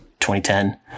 2010